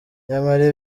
nyamara